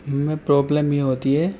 ان میں پرابلم یہ ہوتی ہے